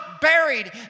buried